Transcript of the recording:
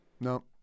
No